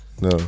No